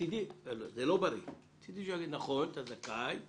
מצדי שיגיד, נכון, אתה זכאי,